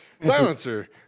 silencer